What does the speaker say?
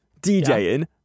DJing